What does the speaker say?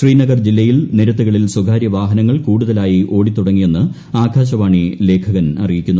ശ്രീനഗർ ജില്ലയിൽ നിരുത്തുകളിൽ സ്വകാര്യ വാഹനങ്ങൾ കൂടുതലായി ഓടിത്തുടങ്ങിയെന്നു് ആകാശവാണി ലേഖകൻ അറിയിക്കുന്നു